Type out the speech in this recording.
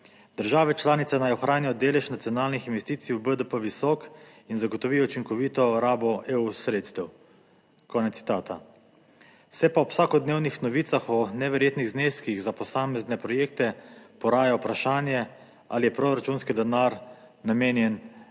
"Države članice naj ohranijo delež nacionalnih investicij v BDP visok in zagotovijo učinkovito rabo EU sredstev." Konec citata. Se pa ob vsakodnevnih novicah o neverjetnih zneskih za posamezne projekte poraja vprašanje, ali je proračunski denar namenjen